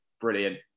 brilliant